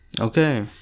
Okay